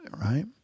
right